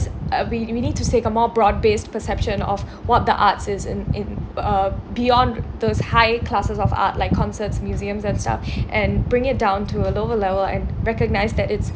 uh we we need to see a more broad-based perception of what the arts is in in uh beyond those high classes of art like concerts museums and stuff and bring it down to a lower level and recognise that it's